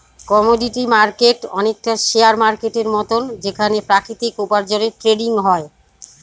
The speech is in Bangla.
কমোডিটি মার্কেট অনেকটা শেয়ার মার্কেটের মতন যেখানে প্রাকৃতিক উপার্জনের ট্রেডিং হয়